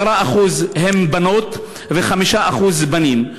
10% הם בנות ו-5% בנים.